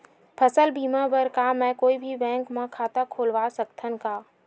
फसल बीमा बर का मैं कोई भी बैंक म खाता खोलवा सकथन का?